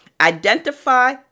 identify